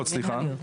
מנהליות,